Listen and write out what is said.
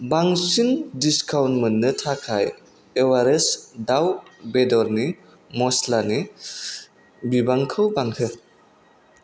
बांसिन डिसकाउन्ट मोन्नो थाखाय एवारेस्ट दाउ बेदरनि मस्लानि बिबांखौ बांहो